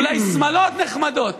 אולי שמלות נחמדות,